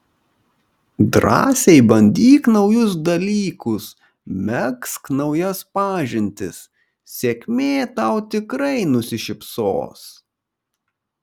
drąsiai bandyk naujus dalykus megzk naujas pažintis sėkmė tau tikrai nusišypsos